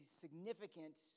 significant